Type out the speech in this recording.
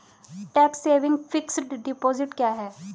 Tax saving fixed deposit क्या है?